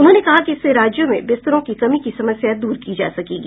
उन्होंने कहा कि इससे राज्यों में बिस्तरों की कमी की समस्या द्र की जा सकेगी